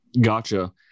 Gotcha